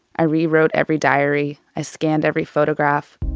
i rewrote every diary. i scanned every photograph.